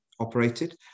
operated